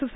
F